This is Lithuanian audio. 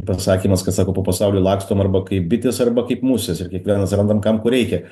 pasakymas kad sako po pasaulį lakstom arba kaip bitės arba kaip musės ir kiekvienas randam kam ko reikia